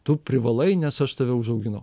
tu privalai nes aš tave užauginau